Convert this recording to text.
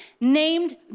named